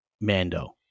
mando